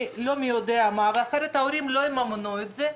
נמוך להשתתף כי ההורים לא יממנו את זה.